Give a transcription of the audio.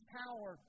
power